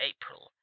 April